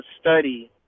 study